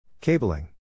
Cabling